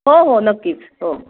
हो हो नक्कीच हो